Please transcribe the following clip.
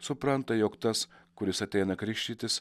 supranta jog tas kuris ateina krikštytis